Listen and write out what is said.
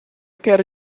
quero